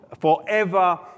forever